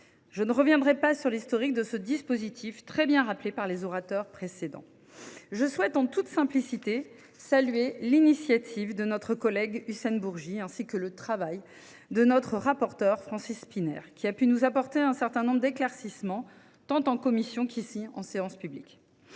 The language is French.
Je ne reviendrai pas sur l’historique de ce dispositif, très bien rappelé par les orateurs précédents. Je souhaite, en toute simplicité, saluer l’initiative de notre collègue Hussein Bourgi, ainsi que le travail de notre rapporteur Francis Szpiner, qui a pu nous apporter un certain nombre d’éclaircissements, tant en commission qu’en séance publique.